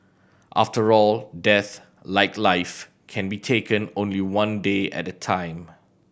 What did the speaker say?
after all death like life can be taken only one day at a time